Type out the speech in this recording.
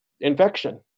infection